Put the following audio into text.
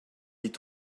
est